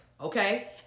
okay